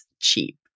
cheap